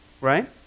Right